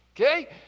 Okay